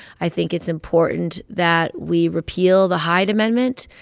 i think it's important that we repeal the hyde amendment,